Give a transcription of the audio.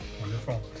Wonderful